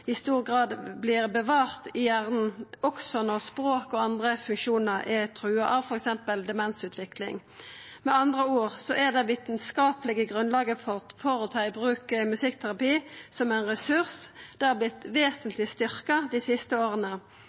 i stor grad vert bevarte i hjernen også når språk og andre funksjonar er trua av f.eks. demensutvikling. Med andre ord har det vitskaplege grunnlaget for å ta i bruk musikkterapi som ein ressurs vorte vesentleg styrkt dei siste åra.